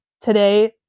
today